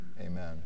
amen